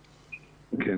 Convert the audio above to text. בבקשה,